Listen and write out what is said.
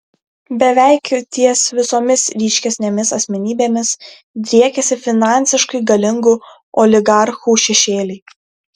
beveik ties visomis ryškesnėmis asmenybėmis driekiasi finansiškai galingų oligarchų šešėliai